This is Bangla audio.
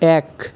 এক